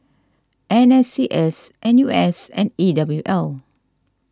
N S C S N U S and E W L